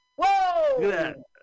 Whoa